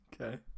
Okay